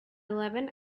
eleven